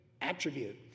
attribute